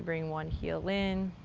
bring one heel in,